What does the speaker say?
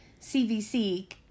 CVC